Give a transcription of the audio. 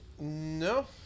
No